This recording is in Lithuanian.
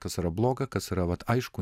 kas yra bloga kas yra vat aišku